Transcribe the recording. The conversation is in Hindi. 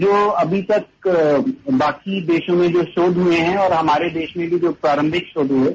जो अभी तक बाकी देशों में जो शोध हुए हैं और हमारे देश में भी जो प्रारंभिक शोध हुए हैं